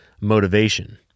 motivation